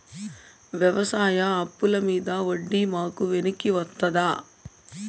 వ్యవసాయ అప్పుల మీద వడ్డీ మాకు వెనక్కి వస్తదా?